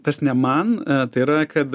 tas ne man tai yra kad